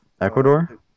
ecuador